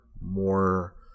more